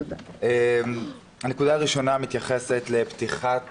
הנקודה הראשונה מתייחסת לפתיחת